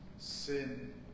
sin